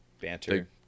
banter